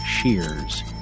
shears